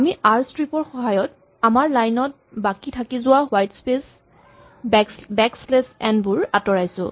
আমি আৰ স্ট্ৰিপ ৰ সহায়ত আমাৰ লাইন ত বাকী থাকি যোৱা white space backslash n বোৰ আঁতৰাইছো